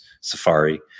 Safari